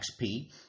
XP